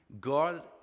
God